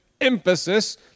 emphasis